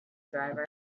driver